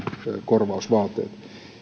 korvausvaateet